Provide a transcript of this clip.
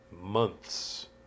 months